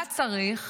מה צריך